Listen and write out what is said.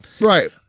right